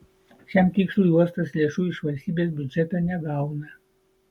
šiam tikslui uostas lėšų iš valstybės biudžeto negauna